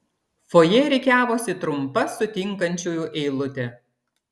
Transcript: fojė rikiavosi trumpa sutinkančiųjų eilutė